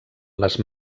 les